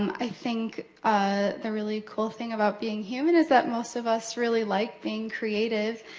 um i think ah the really cool thing about being human is that most of us really like being creative.